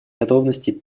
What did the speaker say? готовности